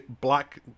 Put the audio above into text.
black